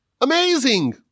Amazing